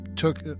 took